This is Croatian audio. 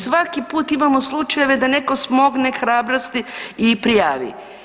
Svaki put imamo slučajeve da neko smogne hrabrosti i prijavi.